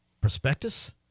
prospectus